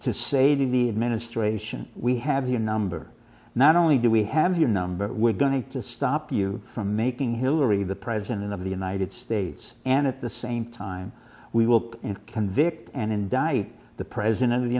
to say the administration we have your number not only do we have your number we're going to stop you from making hillary the president of the united states and at the same time we will convict and indict the president of the